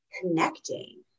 connecting